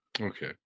Okay